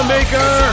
Maker